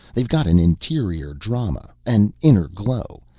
they've got an interior drama. an inner glow.